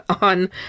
on